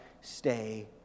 stay